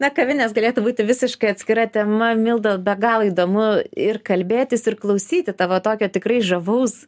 na kavinės galėtų būti visiškai atskira tema milda be galo įdomu ir kalbėtis ir klausyti tavo tokio tikrai žavaus